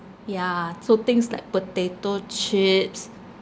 yeah so things like potato chips